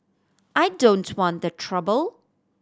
I don't want the trouble